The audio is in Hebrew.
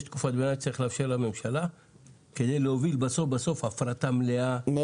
יש תקופת ביניים בה צריך לאפשר לממשלה להוביל בסוף הפרטה מלאה,